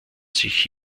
sich